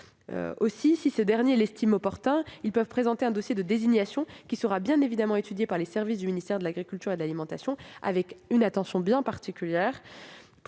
Aussi, si ces derniers l'estiment opportun, ils peuvent présenter un dossier de désignation, qui sera bien évidemment étudié par les services du ministère de l'agriculture et de l'alimentation avec attention, en particulier